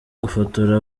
gufotora